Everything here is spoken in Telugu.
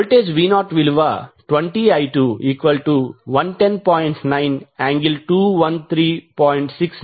69A V020I2110